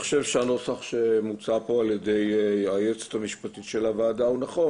אני חושב שהנוסח שמוצע פה על ידי היועצת המשפטית של הוועדה הוא נכון.